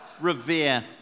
revere